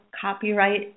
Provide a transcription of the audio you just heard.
copyright